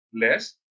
less